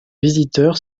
visiteur